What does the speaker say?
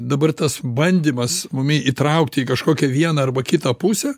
dabar tas bandymas mumi įtraukti į kažkokią vieną arba kitą pusę